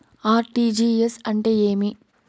RTGS అంటే ఏమి